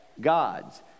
gods